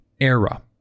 era